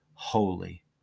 holy